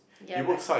ya like